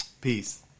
Peace